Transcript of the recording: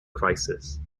crisis